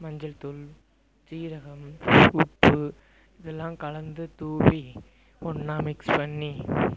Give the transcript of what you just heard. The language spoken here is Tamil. மஞ்சள்தூள் சீரகம் உப்பு இது எல்லாம் கலந்து தூவி ஒன்றா மிக்ஸ் பண்ணி